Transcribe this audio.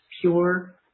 pure